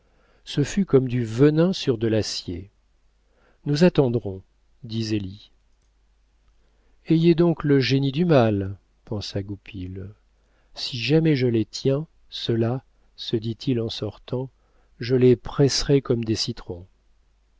ce fut comme du venin sur de l'acier nous attendrons dit zélie ayez donc le génie du mal pensa goupil si jamais je les tiens ceux-là se dit-il en sortant je les presserai comme des citrons